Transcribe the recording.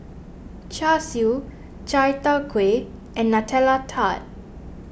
Char Siu Chai Tow Kway and Nutella Tart